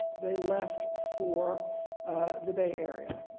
they left for the bay area.